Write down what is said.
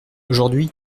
aujourd’hui